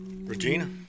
Regina